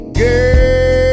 girl